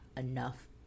enough